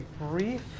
brief